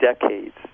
decades